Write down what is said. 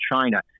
China